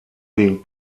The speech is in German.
den